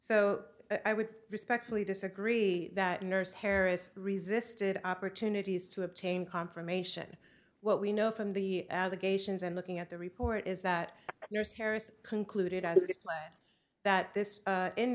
so i would respectfully disagree that nurse harris resisted opportunities to obtain confirmation what we know from the allegations and looking at the report is that harris concluded that this